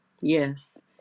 Yes